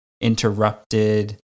interrupted